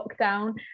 lockdown